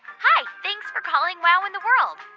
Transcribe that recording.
hi. thanks for calling wow in the world.